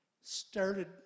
started